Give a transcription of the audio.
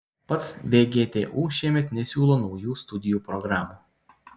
pats vgtu šiemet nesiūlo naujų studijų programų